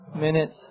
minutes